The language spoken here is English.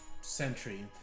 century